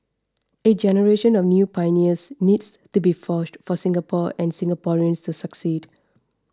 a generation of new pioneers needs to be forged for Singapore and Singaporeans to succeed